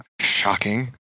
shocking